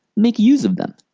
make use of them.